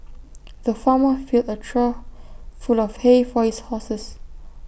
the farmer filled A trough full of hay for his horses